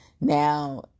Now